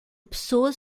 pessoas